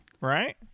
right